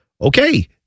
Okay